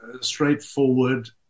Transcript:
straightforward